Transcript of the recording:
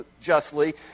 justly